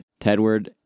tedward